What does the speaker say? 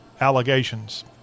allegations